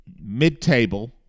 mid-table